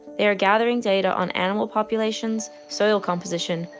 they are gathering data on animal populations, soil composition,